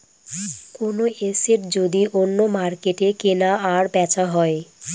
কোনো এসেট যদি অন্য মার্কেটে কেনা আর বেচা হয়